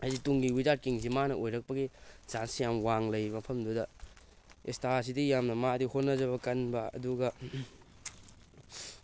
ꯍꯥꯏꯗꯤ ꯇꯨꯡꯒꯤ ꯋꯤꯖꯥꯔꯠ ꯀꯤꯡꯁꯤ ꯃꯥꯅ ꯑꯣꯏꯔꯛꯄꯒꯤ ꯆꯥꯟꯁ ꯌꯥꯝ ꯋꯥꯡꯅ ꯂꯩ ꯃꯐꯝꯗꯨꯗ ꯑꯦꯁꯇꯥꯁꯤꯗꯤ ꯌꯥꯝꯅ ꯃꯥꯗꯤ ꯍꯣꯠꯅꯖꯕ ꯀꯟꯕ ꯑꯗꯨꯒ